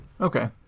Okay